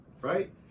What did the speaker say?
right